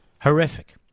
Horrific